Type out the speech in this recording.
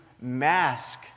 mask